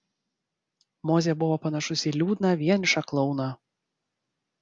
mozė buvo panašus į liūdną vienišą klouną